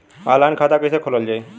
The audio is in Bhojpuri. ऑनलाइन खाता कईसे खोलल जाई?